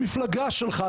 המפלגה שלך.